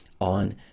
on